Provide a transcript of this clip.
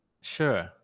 Sure